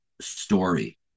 story